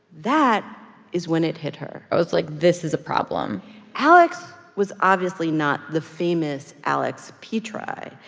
that is when it hit her i was like, this is a problem alex was obviously not the famous alex petri.